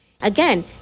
again